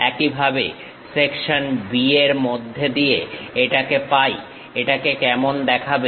একইভাবে section B এর মধ্যে দিয়ে এটাকে পাই এটাকে কেমন দেখাবে